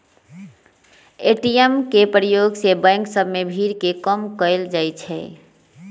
ATM के प्रयोग से बैंक सभ में भीड़ के कम कएल जाइ छै